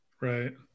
Right